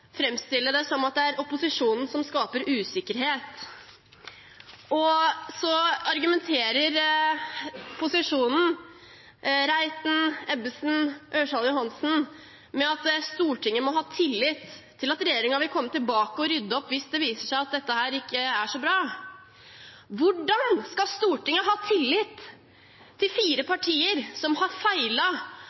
framstille det som om det er opposisjonen som skaper usikkerhet. Så argumenterer posisjonen – representantene Reiten, Ebbesen og Ørsal Johansen – med at Stortinget må ha tillit til at regjeringen vil komme tilbake og rydde opp hvis det viser seg at dette ikke er så bra. Hvordan skal Stortinget ha tillit til fire partier som gang etter gang har